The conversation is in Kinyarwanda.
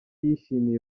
yishimiye